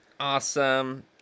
awesome